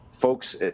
folks